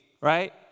right